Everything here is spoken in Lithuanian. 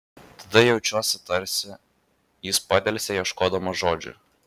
tada jaučiuosi tarsi jis padelsė ieškodamas žodžių